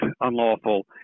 unlawful